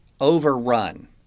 overrun